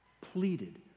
pleaded